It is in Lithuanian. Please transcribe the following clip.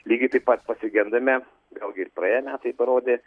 lygiai taip pat pasigendame vėlgi ir praėję metai parodė